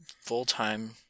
full-time